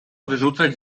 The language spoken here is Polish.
wyrzucać